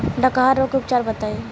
डकहा रोग के उपचार बताई?